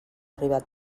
arribar